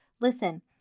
Listen